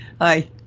hi